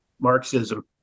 Marxism